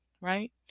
right